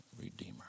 redeemer